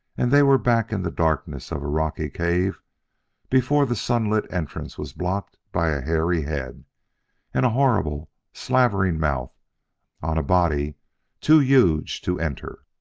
and they were back in the darkness of a rocky cave before the sunlit entrance was blocked by a hairy head and a horrible, slavering mouth on a body too huge to enter.